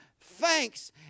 thanks